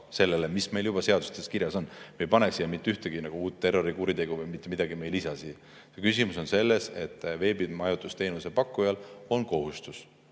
sellele, mis meil juba seadustes kirjas on. Me ei pane siia mitte ühtegi uut terrorikuritegu, mitte midagi me ei lisa siia. Küsimus on selles, et veebimajutusteenuse pakkujal on kohustus